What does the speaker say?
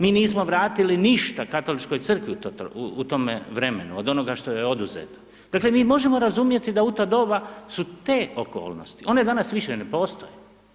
Mi nismo vratili ništa Katoličkoj crkvi u tome vremenu od onoga što je oduzeto, dakle mi možemo razumjeti da u to doba su te okolnosti one danas više ne postoje.